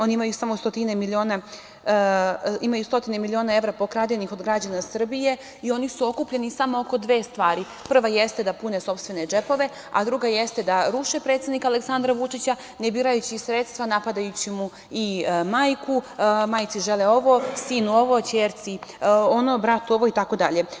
Oni imaju samo stotine miliona evra pokradenih od građana Srbije i oni su okupljeni samo oko dve stvari - da pune sopstvene džepove, a druga je da ruše predsednika Aleksandra Vučića, ne birajući sredstva, napadajući mu i majku, majci žele ovo, sinu ovo, ćerci ono, bratu ovo, itd.